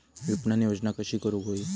विपणन योजना कशी करुक होई?